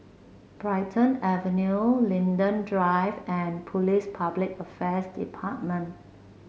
Brighton Avenue Linden Drive and Police Public Affairs Department